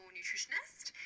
nutritionist